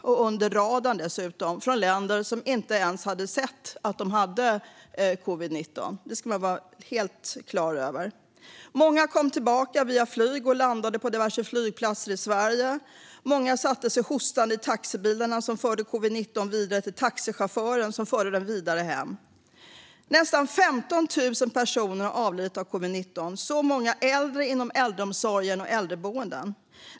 Den kom dessutom under radarn från länder som inte ens hade sett att de hade covid19. Det ska man vara helt klar över. Många kom tillbaka via flyg och landade på diverse flygplatser i Sverige. Många satte sig hostande i taxibilarna och förde covid-19 vidare till taxichauffören som förde den vidare hem. Nästan 15 000 personer har avlidit av covid-19, och så många äldre inom äldreomsorgen och på äldreboenden.